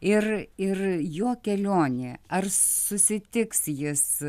ir ir jo kelionė ar susitiks jis